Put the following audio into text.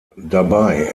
dabei